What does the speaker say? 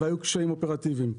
והיו קשיים אופרטיביים.